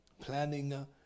Planning